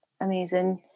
amazing